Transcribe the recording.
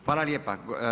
Hvala lijepa.